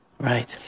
Right